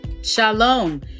Shalom